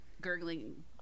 gurgling